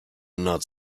not